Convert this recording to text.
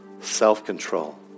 self-control